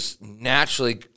naturally